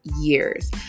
years